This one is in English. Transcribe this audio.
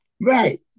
Right